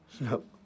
Nope